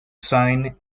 sign